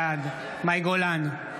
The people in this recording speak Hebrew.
בעד מאי גולן,